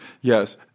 Yes